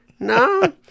No